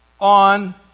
on